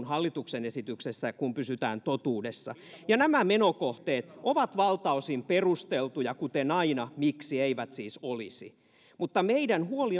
hallituksen esityksessä kun pysytään totuudessa nämä menokohteet ovat valtaosin perusteltuja kuten aina miksi eivät siis olisi mutta meidän huolemme